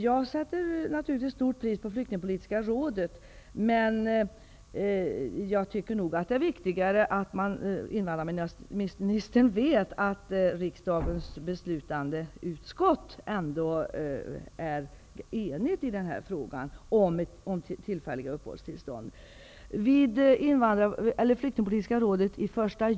Jag sätter naturligtvis stort värde på Flyktingpolitiska rådet, men det är viktigare att invandrarministern vet att riksdagens beslutande utskott ändå är enhälligt i frågan om tillfälliga uppehållstillstånd.